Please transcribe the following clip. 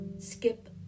skip